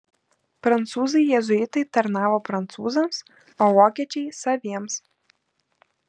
prancūzai jėzuitai tarnavo prancūzams o vokiečiai saviems